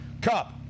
cup